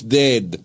dead